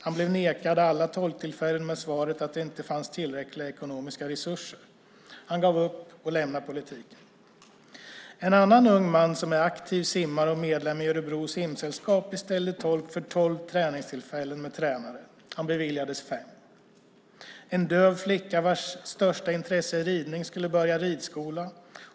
Han blev nekad alla tolktillfällen med svaret att det inte fanns tillräckliga ekonomiska resurser. Han gav upp och lämnade politiken. En annan ung man som är aktiv simmare och medlem i Örebro Simsällskap beställde tolk för tolv träningstillfällen med tränare. Han beviljades fem. En döv flicka vars största intresse är ridning skulle börja på ridskola.